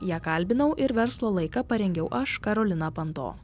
ją kalbinau ir verslo laiką parengiau aš karolina panto